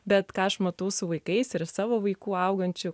bet ką aš matau su vaikais ir iš savo vaikų augančių